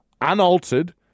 unaltered